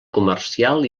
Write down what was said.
comercial